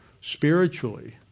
spiritually